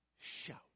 shout